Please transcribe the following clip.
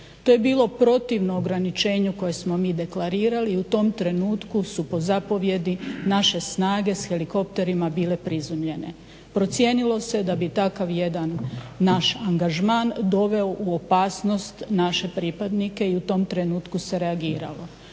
To je bilo protivno ograničenju koje smo mi deklarirali, i u tom trenutku su po zapovijedi naše snage s helikopterima bile prizemljene. Procijenilo se da bi takav jedan naš angažman doveo u opasnost naše pripadnike i u tom trenutku se reagiralo.